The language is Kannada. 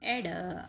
ಎಡ